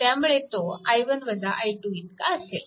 त्यामुळे तो i1 i2 इतका असेल